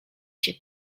się